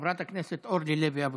חבר חברת הכנסת אורלי לוי אבקסיס.